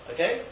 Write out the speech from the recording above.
Okay